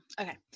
okay